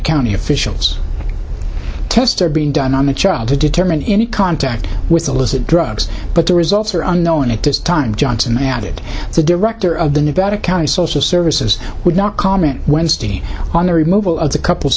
county officials tests are being done on the child to determine any contact with illicit drugs but the results are unknown at this time johnson added the director of the nevada county social services would not comment wednesday on the removal of the couple